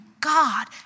God